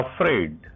afraid